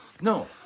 No